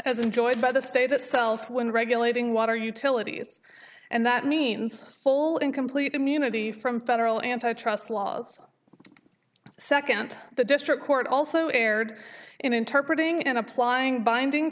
as enjoyed by the state itself when regulating water utilities and that means full and complete immunity from federal antitrust laws second the district court also erred in interpret ing and applying binding